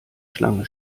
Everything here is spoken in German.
schlange